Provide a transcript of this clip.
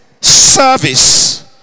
service